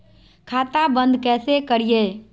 खाता बंद कैसे करिए?